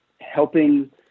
helping